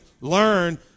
learn